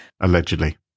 allegedly